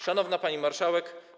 Szanowna Pani Marszałek!